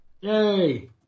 Yay